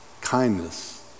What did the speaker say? kindness